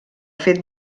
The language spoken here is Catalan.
fet